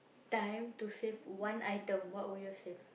time to save one item what would you save